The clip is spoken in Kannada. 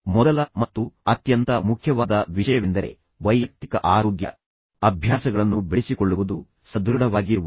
ಮೊದಲ ಮತ್ತು ಅತ್ಯಂತ ಮುಖ್ಯವಾದ ವಿಷಯವೆಂದರೆ ವೈಯಕ್ತಿಕ ಆರೋಗ್ಯ ಅಭ್ಯಾಸಗಳನ್ನು ಬೆಳೆಸಿಕೊಳ್ಳುವುದು ಸದೃಢವಾಗಿರುವುದು